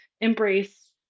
embrace